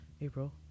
April